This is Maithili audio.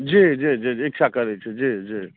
जी जी जी इच्छा करय छी जी जी